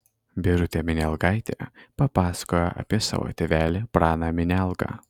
birutė minialgaitė papasakojo apie savo tėvelį praną minialgą